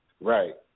Right